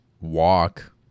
walk